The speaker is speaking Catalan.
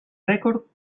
rècord